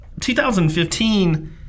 2015